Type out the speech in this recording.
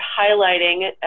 highlighting